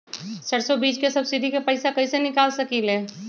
सरसों बीज के सब्सिडी के पैसा कईसे निकाल सकीले?